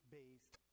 based